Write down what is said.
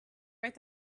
write